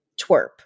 twerp